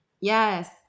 Yes